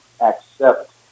accept